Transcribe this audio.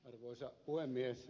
arvoisa puhemies